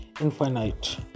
Infinite